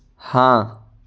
हाँ